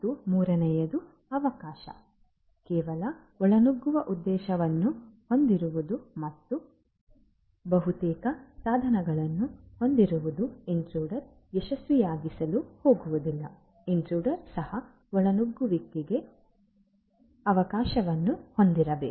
ಮತ್ತು ಮೂರನೆಯದು ಅವಕಾಶ ಕೇವಲ ಒಳನುಗ್ಗುವ ಉದ್ದೇಶವನ್ನು ಹೊಂದಿರುವುದು ಮತ್ತು ಬಹುತೇಕ ಸಾಧನಗಳನ್ನು ಹೊಂದಿರುವುದು ಇಂಟ್ರುಡರ್ ಯಶಸ್ವಿಯಾಗಿಸಲು ಹೋಗುವುದಿಲ್ಲ ಇಂಟ್ರುಡರ್ ಸಹ ಒಳನುಗ್ಗುವಿಕೆಗೆ ಅವಕಾಶವನ್ನು ಹೊಂದಿರಬೇಕು